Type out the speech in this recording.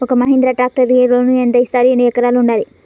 ఒక్క మహీంద్రా ట్రాక్టర్కి లోనును యెంత ఇస్తారు? ఎన్ని ఎకరాలు ఉండాలి?